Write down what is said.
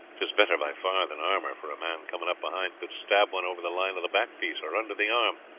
tis better by far than armour, for a man coming up behind could stab one over the line of the back-piece or under the arm,